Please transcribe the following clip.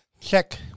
check